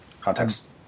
context